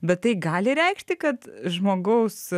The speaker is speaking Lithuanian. bet tai gali reikšti kad žmogaus